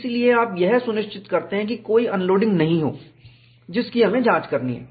इसलिए आप यह सुनिश्चित करते हैं कि कोई अनलोडिंग नहीं हो जिसकी हमें जांच करनी है